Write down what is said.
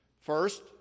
First